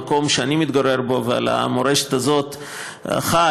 המקום שאני מתגורר בו ועל המורשת הזאת חי,